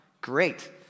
Great